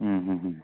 മ്മ് മ്മ് മ്